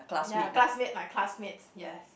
ya classmate my classmate yes